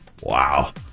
wow